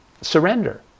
surrender